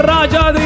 Raja